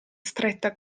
stretta